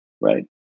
Right